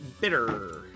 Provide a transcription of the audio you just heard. Bitter